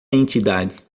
entidade